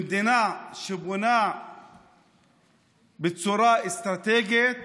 במדינה שבונה בצורה אסטרטגית